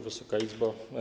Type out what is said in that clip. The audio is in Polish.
Wysoka Izbo!